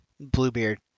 Bluebeard